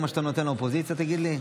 זה מה שאתה נותן לאופוזיציה, תגיד לי?